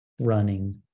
running